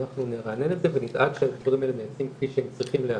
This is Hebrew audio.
אנחנו נרענן את זה ונדאג שהדברים האלה נעשים כפי שהם צריכים להיעשות.